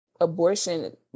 abortion